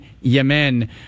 Yemen